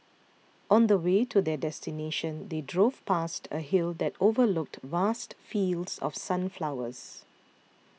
on the way to their destination they drove past a hill that overlooked vast fields of sunflowers